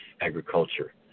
agriculture